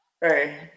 Hey